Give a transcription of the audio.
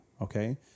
Okay